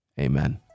Amen